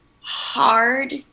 hard